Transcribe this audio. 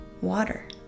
water